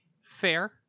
Fair